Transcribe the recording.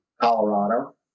Colorado